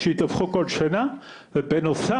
שידווחו כל שנה ובנוסף,